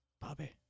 Bobby